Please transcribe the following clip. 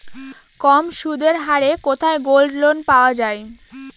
কম সুদের হারে কোথায় গোল্ডলোন পাওয়া য়ায়?